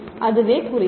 அதுவே குறிக்கோள்